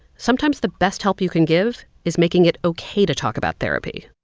sometimes the best help you can give is making it ok to talk about therapy